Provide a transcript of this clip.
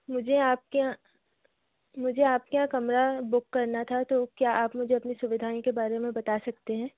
मुझे आपके मुझे आपका यहाँ कमरा बुक करना था तो क्या आप मुझ अपनी सुविधाओँ के बारे में बता सकते हैं